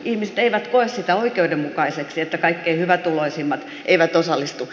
ihmiset eivät koe sitä oikeudenmukaiseksi että kaikkein hyvätuloisimmat eivät osallistu